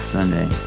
Sunday